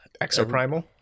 exoprimal